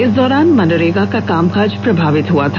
इस दौरान मनरेगा का कामकाज प्रभावित हो गया था